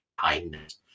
kindness